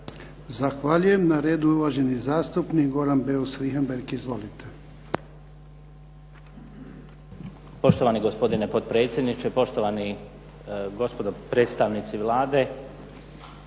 Zahvaljujem. Na redu je uvaženi zastupnik Goran Beus Richembergh. Izvolite.